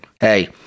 hey